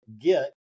get